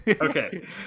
Okay